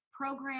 program